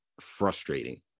frustrating